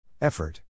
Effort